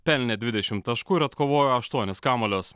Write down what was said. pelnė dvidešim taškų ir atkovojo aštuonis kamuolius